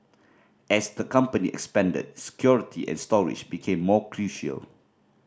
as the company expanded security and storage became more crucial